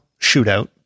shootout